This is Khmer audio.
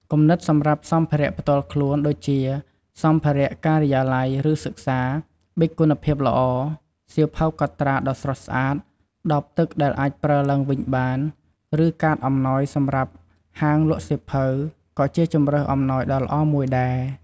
គំនិតសម្រាប់សម្ភារៈផ្ទាល់ខ្លួន ដូចជា សម្ភារៈការិយាល័យ ឬសិក្សា ប៊ិចគុណភាពល្អ សៀវភៅកត់ត្រាដ៏ស្រស់ស្អាត ដបទឹកដែលអាចប្រើឡើងវិញបាន ឬកាតអំណោយសម្រាប់ហាងលក់សៀវភៅ ក៏ជាជម្រើសអំណោយដ៏ល្អមួយដែរ។